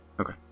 okay